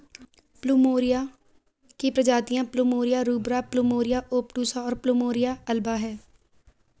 plumeria की प्रजातियाँ plumeria rubra, plumeria obtusa, और प्लुमेरिया अल्बा हैं